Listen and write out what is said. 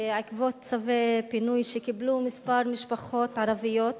בעקבות צווי פינוי שקיבלו כמה משפחות ערביות